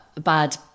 bad